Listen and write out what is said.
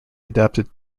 adapted